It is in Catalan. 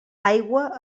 aigua